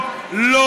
הירח.